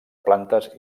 plantes